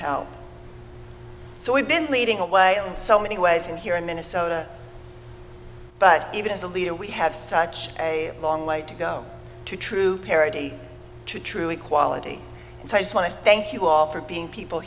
and so we've been leading away on so many ways in here in minnesota but even as a leader we have such a long way to go to true parity to true equality and so i just want to thank you all for being people